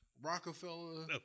Rockefeller